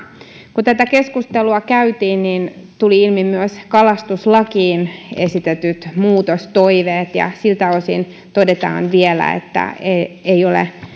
kun tätä keskustelua käytiin niin tulivat ilmi myös kalastuslakiin esitetyt muutostoiveet siltä osin todetaan vielä että ei ole